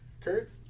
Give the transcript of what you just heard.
Kurt